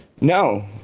no